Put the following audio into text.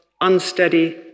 unsteady